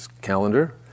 calendar